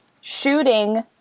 Shooting